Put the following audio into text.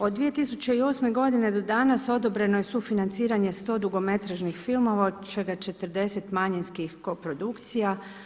Od 2008. g. do danas odobreno je sufinanciranje 100 dugometražnih filmova, od čega 40 manjinskih koprodukcija.